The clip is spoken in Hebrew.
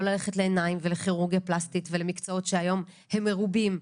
ללכת לעיניים ולכירורגיה פלסטית ולמקצעות שהיום הם מרובים,